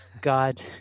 God